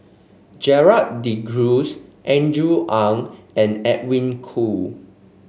Gerald De Cruz Andrew Ang and Edwin Koo